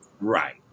Right